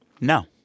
No